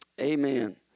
amen